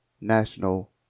National